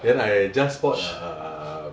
then I just bought a